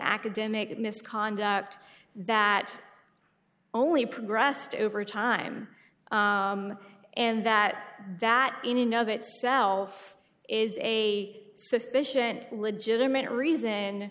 academic misconduct that only progressed over time and that that in no itself is a sufficient legitimate reason